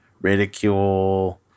ridicule